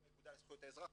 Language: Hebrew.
לאגודה לזכויות האזרח,